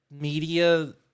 media